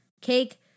Cake